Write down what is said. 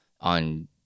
on